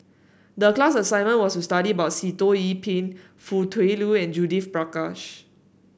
the class assignment was to study about Sitoh Yih Pin Foo Tui Liew and Judith Prakash